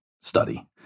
study